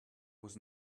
was